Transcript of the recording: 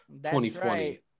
2020